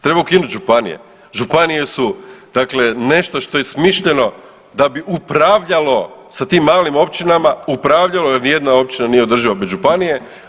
Treba ukinuti županije, županije su dakle nešto što je smišljeno da bi upravljalo sa tim malim općinama, upravljalo jer nijedna općina nije održiva bez županije.